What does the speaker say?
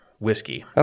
Whiskey